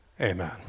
amen